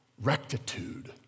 rectitude